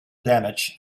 damage